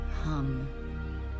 hum